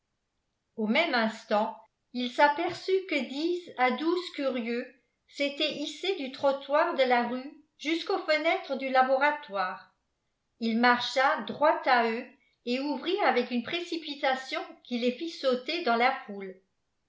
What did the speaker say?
au même instant il s'aperçut que dix à douze curieux s'étaient hissés du trottoir de la rue jusqu'aux fenêtres du laboratoire il marcha droit à eux et ouvrit avec une précipitation qui les fit sauter dans la foule